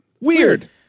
Weird